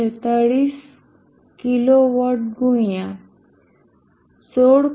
46 KW ગુણ્યા 16